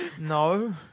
No